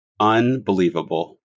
unbelievable